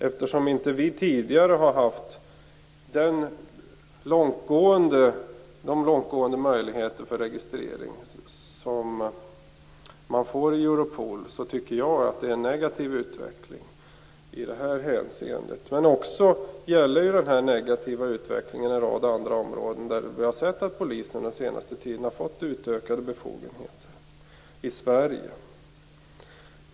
Eftersom vi tidigare inte har haft den långtgående möjligheten för registrering som ges i Europol är det alltså en negativ utveckling i det hänseendet. Men den negativa utvecklingen gäller en rad andra områden där vi har sett att polisen i Sverige den senaste tiden har fått utökade befogenheter.